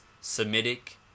semitic